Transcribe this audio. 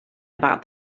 about